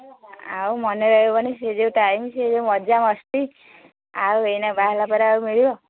ଆଉ ମନେ ରହିବନି ସେ ଯୋଉ ଟାଇମ୍ ସେ ଯୋଉ ମଜା ମସ୍ତି ଆଉ ଏଇନା ବାହା ହେଲାପରେ ଆଉ ମିଳିବ